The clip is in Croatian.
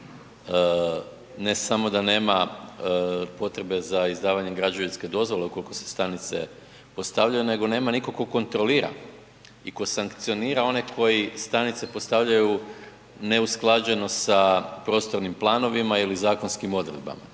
ne samo da nema potrebe za izdavanje građevinske dozvole ukoliko se stanice postavljaju nego nema nitko tko kontrolira i tko sankcionira one koji stanice postavljaju neusklađeno sa prostornim planovima ili zakonskim odredbama.